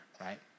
right